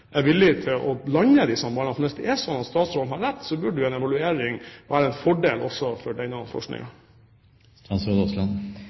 er villig til å blande seg inn. Hvis det er sånn at statsråden har rett, så burde en evaluering være en fordel også for denne